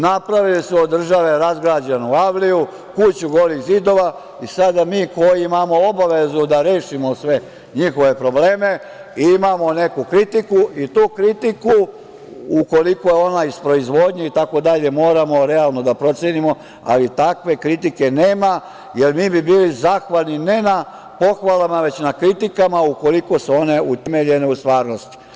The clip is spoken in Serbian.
Napravili su od države razgrađenu avliju, kuću golih zidova i sada mi koji imamo obavezu da rešimo sve njihove probleme, imamo neku kritiku i tu kritiku, ukoliko je ona iz proizvodnje, moramo realno da procenimo, ali takve kritike nema, jer mi bi bili zahvalni, ne na pohvalama, već na kritikama ukoliko su one utemeljene u stvarnosti.